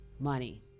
money